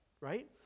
right